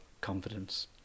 confidence